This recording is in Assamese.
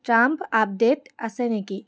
ট্ৰাম্প আপডেট আছে নেকি